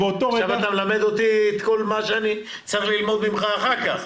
עכשיו אתה מלמד אותי כל מה שאני צריך ללמוד ממך אחר כך.